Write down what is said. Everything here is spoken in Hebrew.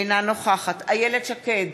אינה נוכחת איילת שקד,